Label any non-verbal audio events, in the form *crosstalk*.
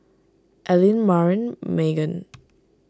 Allean Marin Magen *noise*